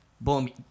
boom